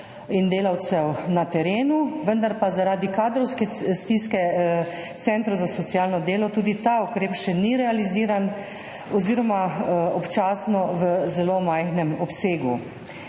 in delavcev na terenu, vendar pa zaradi kadrovske stiske centrov za socialno delo tudi ta ukrep še ni realiziran oziroma občasno v zelo majhnem obsegu.